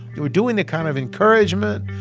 we're doing the kind of encouragement,